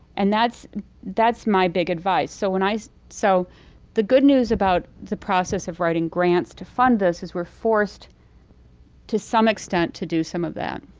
and that's that's my big advice. so when i so the good news about the process of writing grants to fund this is we're forced to some extent to do some of that.